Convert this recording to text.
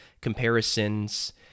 comparisons